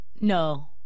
No